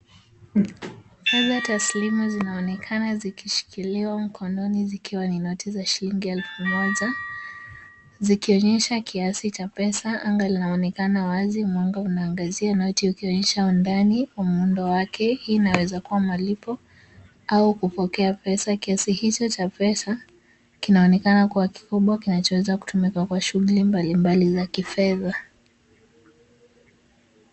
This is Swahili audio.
Pesa taslimu zinaonekana zikishikiliwa mkononi zikiwa ni noti za shilingi 1,000. Zikionyesha kiasi cha pesa angalau inaonekana wazi mwanga unaangazia noti ukionyesha undani wa muundo wake. Hii inaweza kuwa malipo au kupokea pesa. Kiasi hicho cha pesa kinaonekana kuwa kikubwa kinachoweza kutumika kwa shughuli mbalimbali za kifedha.